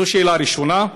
זו שאלה ראשונה.